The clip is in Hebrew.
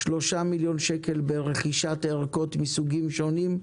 3 מיליון שקלים ברכישת ערכות מסוגים שונים,